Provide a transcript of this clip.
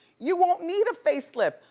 you won't need a facelift.